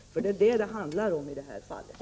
Det är detta det handlar om i det här fallet.